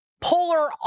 polar